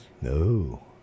No